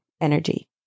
energy